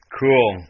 cool